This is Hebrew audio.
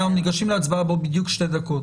אנחנו ניגשים להצבעה בעוד בדיוק שתי דקות.